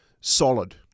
solid